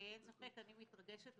אין ספק אני מתרגשת.